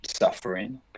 suffering